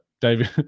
david